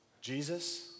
Jesus